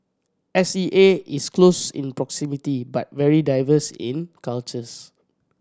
S E A is close in proximity but very diverse in cultures